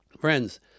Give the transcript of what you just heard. Friends